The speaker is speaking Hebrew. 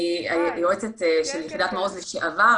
יועצת של יחידת מעוז לשעבר,